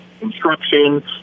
instruction